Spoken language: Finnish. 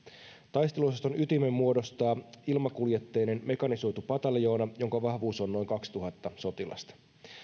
taisteluosaston ytimen muodostaa ilmakuljetteinen mekanisoitu pataljoona jonka vahvuus on noin kaksituhatta sotilasta